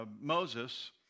Moses